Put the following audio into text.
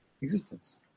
existence